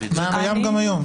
זה קיים גם היום.